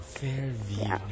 fairview